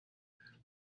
there